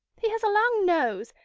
he has a long nose,